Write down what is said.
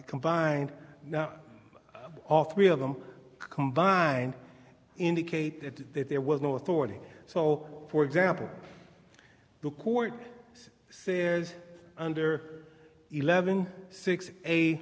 combined now all three of them combined indicated that there was no authority so for example the court says under eleven six